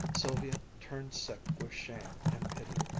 sylvia turned sick with shame and pity.